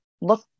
look